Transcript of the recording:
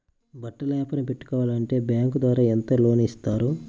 బట్టలు వ్యాపారం పెట్టుకోవాలి అంటే బ్యాంకు ద్వారా ఎంత లోన్ ఇస్తారు?